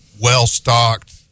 well-stocked